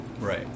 Right